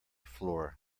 floor